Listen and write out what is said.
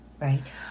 Right